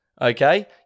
okay